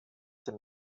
dem